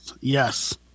Yes